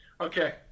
Okay